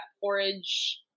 porridge